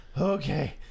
okay